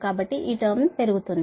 కాబట్టి ఈ టర్మ్ ను పెరుగుతోంది